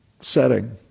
setting